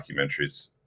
documentaries